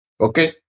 Okay